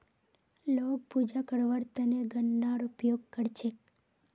लोग पूजा करवार त न गननार उपयोग कर छेक